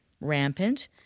rampant